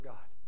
God